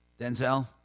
Denzel